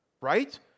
Right